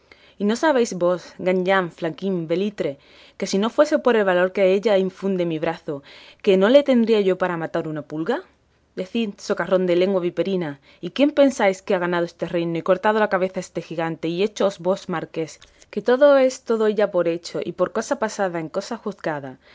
y no sabéis vos gañán faquín belitre que si no fuese por el valor que ella infunde en mi brazo que no le tendría yo para matar una pulga decid socarrón de lengua viperina y quién pensáis que ha ganado este reino y cortado la cabeza a este gigante y héchoos a vos marqués que todo esto doy ya por hecho y por cosa pasada en cosa juzgada